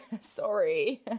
sorry